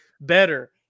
Better